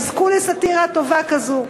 יזכו לסאטירה טובה כזאת?